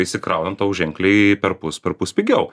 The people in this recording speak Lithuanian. išsikrauna tau ženkliai perpus perpus pigiau